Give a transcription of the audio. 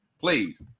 Please